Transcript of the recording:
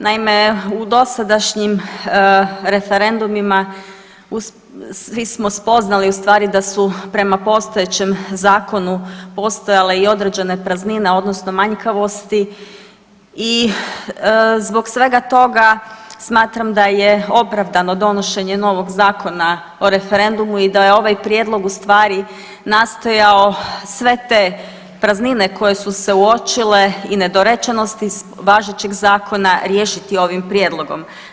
Naime, u dosadašnjim referendumima svi smo spoznali u stvari da su prema postojećem zakonu postojale i određene praznine odnosno manjkavosti i zbog svega toga smatram da je opravdano donošenje novog Zakona o referendumu i da je ovaj prijedlog u stvari nastojao sve te praznine koje su se uočile i nedorečenosti važećeg zakona riješiti ovim prijedlogom.